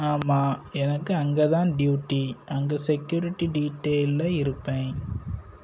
ஆமாம் எனக்கு அங்கே தான் ட்யூட்டி அங்கே செக்யூரிட்டி டீட்டெயில்ல இருப்பேன்